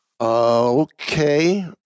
okay